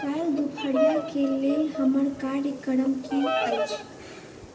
काल्हि दुपहरिआके लेल हमर कार्यक्रम की अछि